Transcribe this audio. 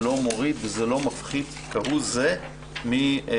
לא מוריד וזה לא מפחית כהוא זה מהמסוכנות.